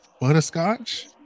butterscotch